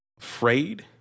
afraid